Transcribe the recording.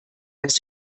das